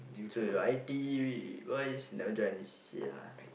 so your I T what is you never join any C_C_A lah